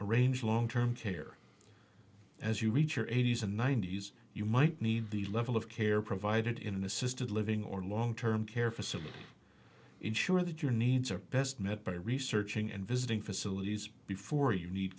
dollars range long term care as you reach your eighty's and ninety's you might need the level of care provided in an assisted living or long term care facility ensure that your needs are best met by researching and visiting facilities before you need